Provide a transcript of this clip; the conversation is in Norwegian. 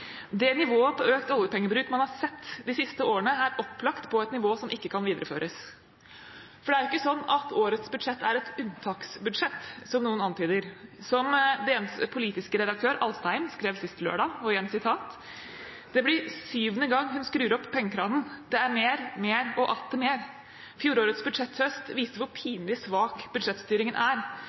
nivået i økt oljepengebruk man har endt på de siste årene, er opplagt på et nivå som ikke kan videreføres.» Det er ikke sånn at årets budsjett er et unntaksbudsjett, som noen antyder. Som DNs politiske redaktør, Alstadheim, skrev sist lørdag: «Det blir syvende gang hun skrur opp pengekranen. Det er mer, mer og atter mer. Fjorårets budsjetthøst viste hvor pinlig svak budsjettstyringen er.